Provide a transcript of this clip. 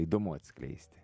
įdomu atskleisti